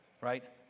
Right